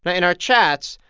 and in our chats,